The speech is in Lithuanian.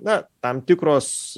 na tam tikros